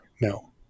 No